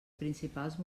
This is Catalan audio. principals